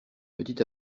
petit